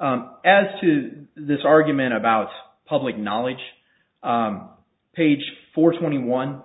to this argument about public knowledge page four twenty one